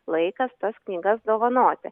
laikas tas knygas dovanoti